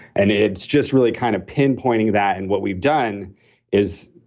and it's just really kind of pinpointing that and what we've done is,